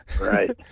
Right